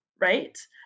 right